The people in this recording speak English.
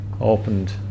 opened